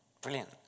Brilliant